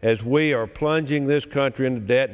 as we are plunging this country in debt